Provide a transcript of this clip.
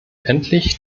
endlich